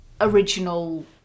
original